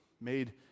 made